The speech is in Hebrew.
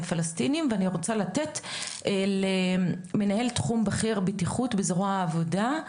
פלסטינים ואני רוצה לתת למנהל תחום בכיר בטיחות בזרוע העבודה,